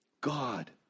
God